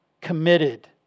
committed